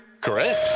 Correct